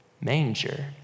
manger